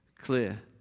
clear